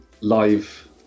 live